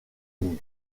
ligne